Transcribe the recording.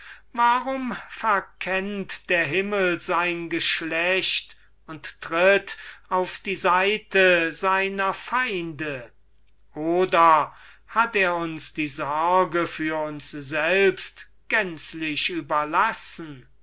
warum verkennt der himmel sein geschlecht und tritt auf die seite seiner feinde oder hat er uns die sorge für uns selbst gänzlich überlassen